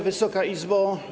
Wysoka Izbo!